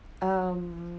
um